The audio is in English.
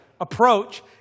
approach